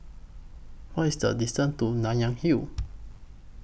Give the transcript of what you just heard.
What IS The distance to Nanyang Hill